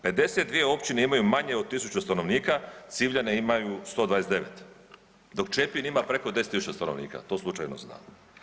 52 općine imaju manje od 1000 stanovnika, Civljane imaju 129, dok Čepin ima preko 10 000 stanovnika, to slučajno znam.